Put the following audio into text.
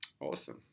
Awesome